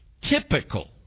typical